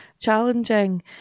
challenging